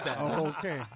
Okay